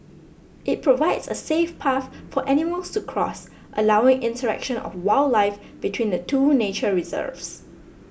it provides a safe path for animals to cross allowing interaction of wildlife between the two nature reserves